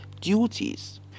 duties